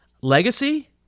legacy